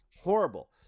horrible